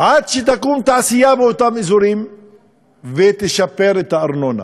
עד שתקום תעשייה באותם אזורים ותשפר את הארנונה.